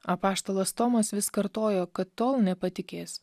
apaštalas tomas vis kartojo kad tol nepatikės